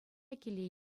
киле